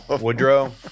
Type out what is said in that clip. Woodrow